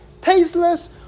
tasteless